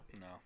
No